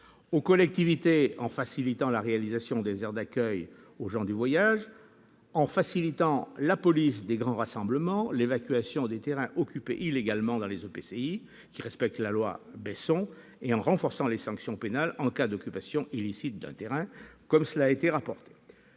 les collectivités en facilitant la réalisation des aires d'accueil, par les gens du voyage en facilitant la police des grands rassemblements ainsi que l'évacuation des terrains occupés illégalement dans les EPCI respectant la loi Besson et en renforçant les sanctions pénales en cas d'occupation illicite d'un terrain. Afin de faciliter